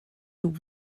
you